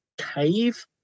cave